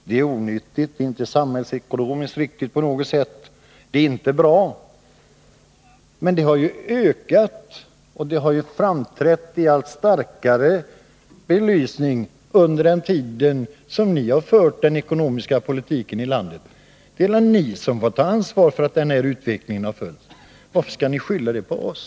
Det är onyttigt, det är inte samhällsekonomiskt riktigt på något sätt, men det har ökat, vilket framträtt i allt starkare belysning, under den tid som ni har fört den ekonomiska politiken i landet. Det är väl ni som får ta ansvar för den utvecklingen. Varför skylla den på Oss?